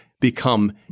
become